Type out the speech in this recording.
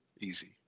Easy